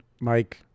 Mike